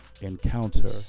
Encounter